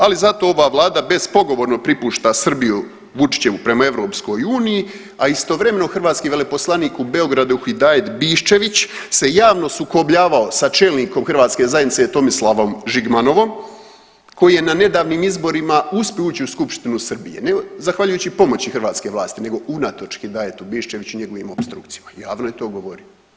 Ali zato ova vlada bezpogovorno pripušta Srbiju Vučićevu prema EU, a istovremeno hrvatski veleposlanik u Beogradu Hidajet Biščević se javno sukobljavao sa čelnikom hrvatske zajednice Tomislavom Žigmanovom koji je na nedavnim izborima uspio ući u skupštinu Srbije, ne zahvaljujući pomoći hrvatske vlasti nego unatoč Hidajetu Biščeviću i njegovim opstrukcijama, javno je to govorio.